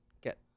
get